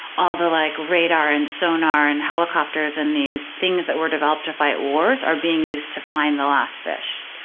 all the like radar and sonar and helicopters and these things that were developed to fight wars are being used to find the last fish.